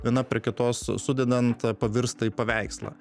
viena prie kitos sudedant pavirsta į paveikslą